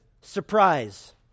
Surprise